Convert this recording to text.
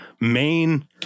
main